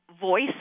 voice